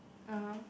ah !huh!